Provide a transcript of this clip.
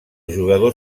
jugador